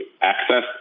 access